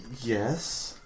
yes